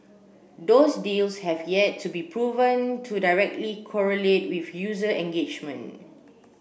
those deals have yet to be proven to directly correlate with user engagement